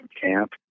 camp